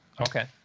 Okay